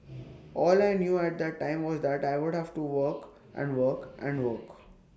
all I knew at that time was that I would have to work and work and work